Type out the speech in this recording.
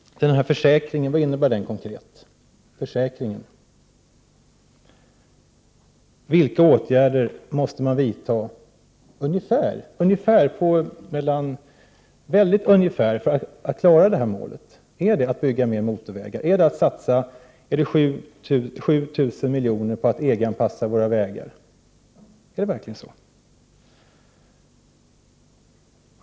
Vad innebär Birgitta Dahls försäkran konkret? Vilka åtgärder måste man vidta — mycket ungefärligt — för att klara det här målet? Gäller det verkligen att bygga mer motorvägar, att satsa 7 000 milj.kr. på att EG-anpassa våra vägar?